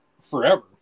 forever